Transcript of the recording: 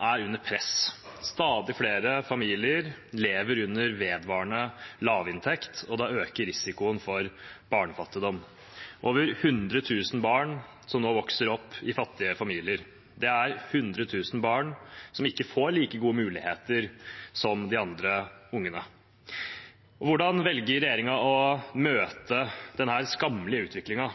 er under press. Stadig flere familier lever under vedvarende lavinntekt, og da øker risikoen for barnefattigdom. Over 100 000 barn vokser nå opp i fattige familier. Det er 100 000 barn som ikke får like gode muligheter som de andre barna. Hvordan velger regjeringen å møte denne skammelige utviklingen?